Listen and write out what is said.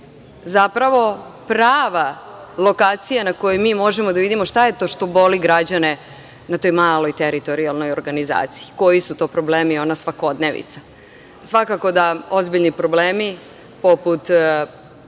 zapravo prava lokacija na kojoj mi možemo da vidimo šta je to što boli građane na toj maloj teritorijalnoj organizaciji, koji su to problemi, ona svakodnevica. Svakako da ozbiljne teme, poput